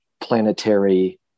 planetary